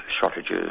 shortages